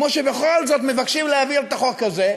כמו שבכל זאת מבקשים להעביר את החוק הזה,